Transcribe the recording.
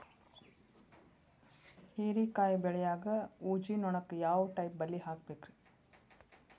ಹೇರಿಕಾಯಿ ಬೆಳಿಯಾಗ ಊಜಿ ನೋಣಕ್ಕ ಯಾವ ಟೈಪ್ ಬಲಿ ಹಾಕಬೇಕ್ರಿ?